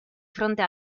fronte